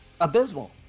abysmal